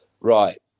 right